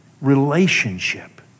relationship